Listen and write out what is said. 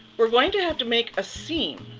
we're going to have to make a seam